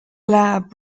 lab